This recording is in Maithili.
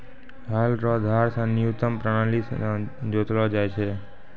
हल रो धार से न्यूतम प्राणाली से जोतलो जाय छै